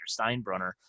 Steinbrunner